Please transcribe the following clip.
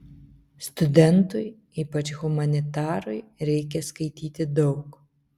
studentui ypač humanitarui reikia skaityti daug